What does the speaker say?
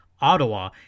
Ottawa